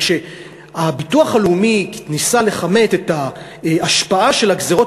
כשהביטוח הלאומי ניסה לכמת את ההשפעה של הגזירות